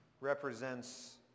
represents